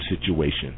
situation